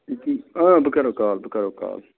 اۭں بہٕ کَرو کال بہٕ کَرو کال